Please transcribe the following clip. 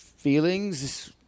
Feelings